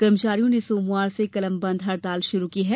कर्मचारियों ने सोमवार से कलम बंद हड़ताल शुरु की है